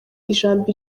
ijambo